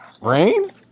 rain